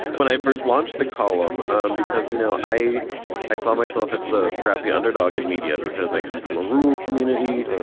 when i first launched the column um because, you know, i i saw myself as the scrappy underdog in media because i come from a rural community.